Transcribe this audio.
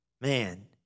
Man